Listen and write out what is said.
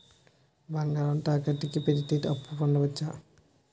బంగారం తాకట్టు కి పెడితే అప్పు పొందవచ్చ?